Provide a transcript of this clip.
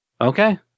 Okay